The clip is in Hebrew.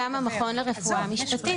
גם המכון לרפואה משפטית,